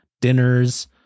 dinners